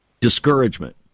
discouragement